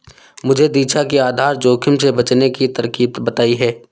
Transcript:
मुझे दीक्षा ने आधार जोखिम से बचने की तरकीब बताई है